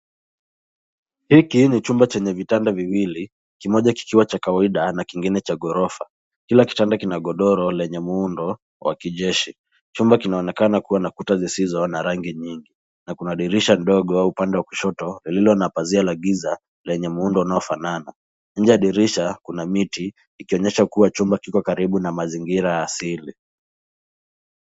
Hiki ni chumba chenye vitanda viwili kimoja kikiwa cha kawaida na kingine cha ghorofa. Kila kitanda kina godoro lenye muundo wa kijeshi. Chumba kinaonekana kuwa na kuta zisizo na rangi nyingi na kuna dirisha ndogo upande wa kushoto lilo na pazia la giza lenye muundo unaofanana. Nje ya drisha kuna miti ikionyesha kuwa chumba Kiko karibu na mazingira asili.